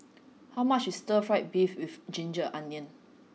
how much is stir fried beef with ginger onions